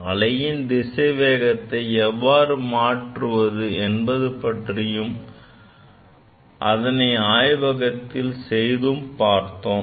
அலையின் திசைவேகத்தை எவ்வாறு கண்டறிவது என்பது பற்றியும் அதனை ஆய்வகத்தில் செய்தும் பார்த்தோம்